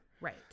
right